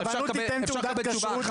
אפשר לקבל תשובה?